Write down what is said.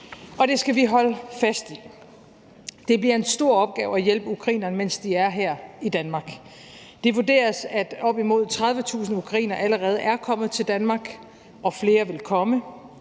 Det skal vi holde fast i. Det bliver en stor opgave at hjælpe ukrainerne, mens de er her i Danmark. Det vurderes, at op imod 30.000 ukrainere allerede er kommet til Danmark, og flere vil komme.